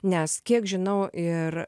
nes kiek žinau ir